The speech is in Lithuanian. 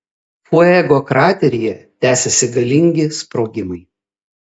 fuego krateryje tęsiasi galingi sprogimai